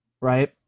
Right